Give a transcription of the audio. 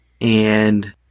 And-